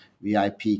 VIP